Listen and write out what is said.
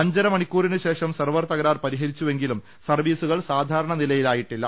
അഞ്ചര മണിക്കുറിന് ശേഷം സെർവർ തകരാർ പരിഹരിച്ചുവെങ്കിലും സർവീസുകൾ സാധാരണ നില യിലായിട്ടില്ല